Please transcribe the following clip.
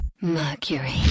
Mercury